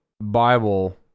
Bible